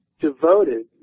devoted